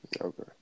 Okay